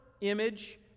image